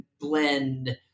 blend